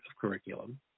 curriculum